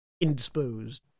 indisposed